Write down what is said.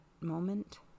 moment